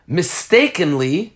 mistakenly